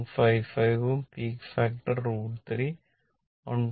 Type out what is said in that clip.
155 ഉം peak factor √3 1